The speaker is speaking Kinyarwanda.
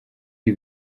ibi